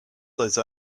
those